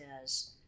says